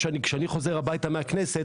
כשאני חוזר הביתה מהכנסת,